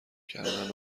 کردن